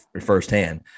firsthand